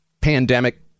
pandemic